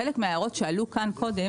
חלק מההערות שעלו כאן קודם,